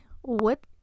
What-